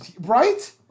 right